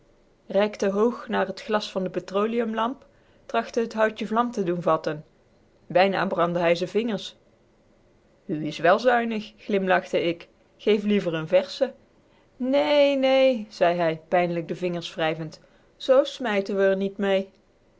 reikte hoog naar het glas van de petroleumlamp trachtte het houtje vlam te doen vatten bijna brandde hij z'n vingers u is wèl zuinig glimlachte ik geef liever n versche nee nee zei hij pijnlijk de vingers wrijvend zoo smijten we r niet mee